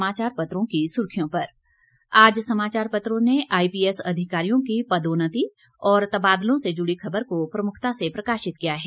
समाचार पत्रों की सुर्खियां आज समाचार पत्रों ने आईपीएस अधिकारियों की पदोन्नति और तबादलों से जुड़ी खबर को प्रमुखता से प्रकाशित किया है